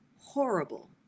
horrible